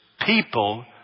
people